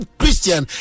christian